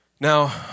Now